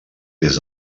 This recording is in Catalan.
des